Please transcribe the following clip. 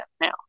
now